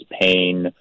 pain